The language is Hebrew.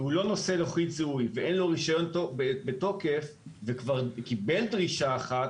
לא נושא לוחית זיהוי ואין לו רישיון בתוקף וכבר קיבל דרישה אחת,